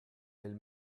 elle